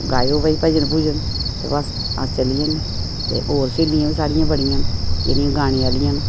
गाओ भाई भजन भुजन ते बस्स अस चली जन्ने ते होर स्हेलियां बी साढ़ियां बड़ियां न जेह्ड़ियां गाने आह्लियां न